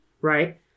Right